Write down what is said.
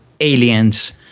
aliens